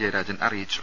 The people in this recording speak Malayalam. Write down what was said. ജയരാജൻ അറിയിച്ചു